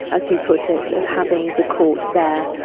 as you put it, of having the court there,